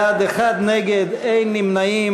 44 בעד, אחד נגד, אין נמנעים.